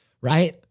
right